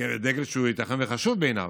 דגל שייתכן שהוא חשוב בעיניו,